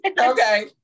Okay